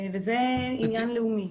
וזה עניין לאומי.